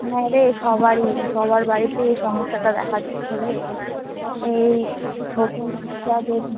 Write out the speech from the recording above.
হ্যাঁ রে সবারই সবার বাড়িতে এই সমস্যাটা দেখা দিচ্ছে রে এই ছোটো বাচ্চাদের